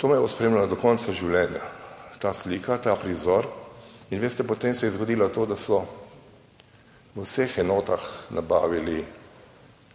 To me bo spremljalo do konca življenja. Ta slika, ta prizor. In veste, potem se je zgodilo to, da so v vseh enotah nabavili